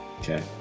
Okay